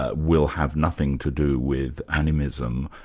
ah will have nothing to do with animism,